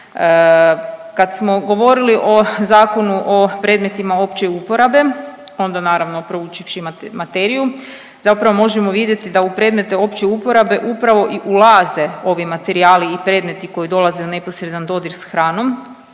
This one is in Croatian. Kad smo govorili o Zakonu o predmetima opće uporabe onda naravno proučivši materiju zapravo možemo vidjeti da u predmete opće uporabe upravo i ulaze ovi materijali i predmeti koji dolaze u neposredan dodir s hranom.